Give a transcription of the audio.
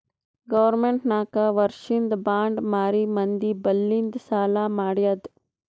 government ನಾಕ್ ವರ್ಷಿಂದ್ bond ಮಾರಿ ಮಂದಿ ಬಲ್ಲಿಂದ್ ಸಾಲಾ ಮಾಡ್ಯಾದ್